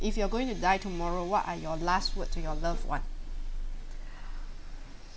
if you are going to die tomorrow what are your last word to your loved one